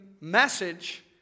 message